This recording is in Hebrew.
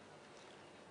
כן,